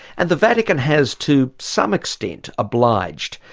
and the vatican has to some extent obliged,